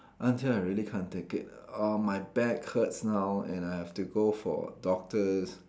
until I really can't take it ugh my back hurts now and I have to go for doctors